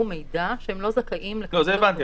יקבלו מידע שהם לא זכאים --- לא, זה הבנתי.